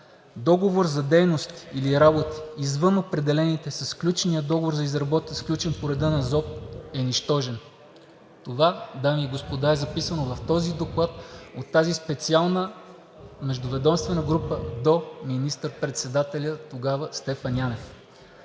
Договор за дейности или работи извън определените със сключения договор, сключен по реда на ЗОП, е нищожен.“ Това, дами и господа, е записано в този доклад от тази специална междуведомствена група до министър-председателя – тогава Стефан Янев.